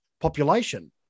population